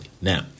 now